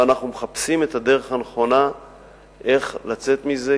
ואנחנו מחפשים את הדרך הנכונה לצאת מזה,